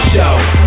Show